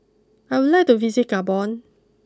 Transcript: I would like to visit Gabon